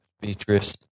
Beatrice